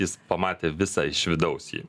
jis pamatė visą iš vidaus jį